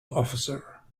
officer